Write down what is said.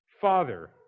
father